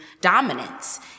dominance